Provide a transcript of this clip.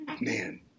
Man